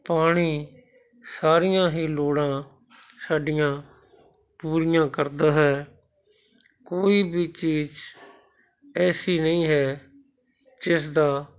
ਪਾਣੀ ਸਾਰੀਆਂ ਹੀ ਲੋੜਾਂ ਸਾਡੀਆਂ ਪੂਰੀਆਂ ਕਰਦਾ ਹੈ ਕੋਈ ਵੀ ਚੀਜ਼ ਐਸੀ ਨਹੀਂ ਹੈ ਜਿਸ ਦਾ